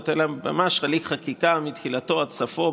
אלא ממש להליך חקיקה מתחילתו עד סופו,